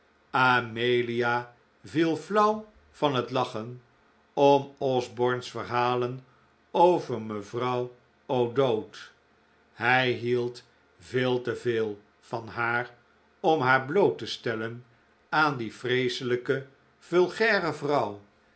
amelia viel flauw van het lachen om osborne's verhalen over mevrouw o'dowd hij hield veel te veel van haar om haar bloot te stellen aan die vreeselijke vulgaire vrouw